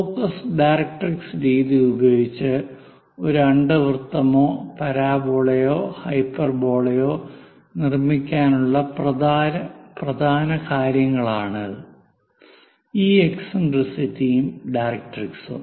focus directrix രീതി ഉപയോഗിച്ച് ഒരു അണ്ഡവൃത്തമോ പരാബോളയോ ഹൈപ്പർബോളയോ നിർമ്മിക്കാനുള്ള പ്രധാന കാര്യങ്ങളാണ് ഈ എക്സിൻട്രിസിറ്റിയും ഡയറക്ട്രിക്സും